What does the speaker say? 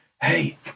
Hey